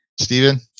Stephen